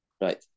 Right